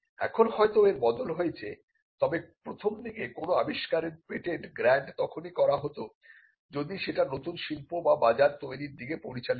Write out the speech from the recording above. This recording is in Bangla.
এখন হয়তো এর বদল হয়েছে তবে প্রথম দিকে কোন আবিষ্কারের পেটেন্ট গ্র্যান্ট তখনই করা হত যদি সেটা নতুন শিল্প বা বাজার তৈরির দিকে পরিচালিত করে